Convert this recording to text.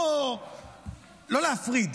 לא להפריד,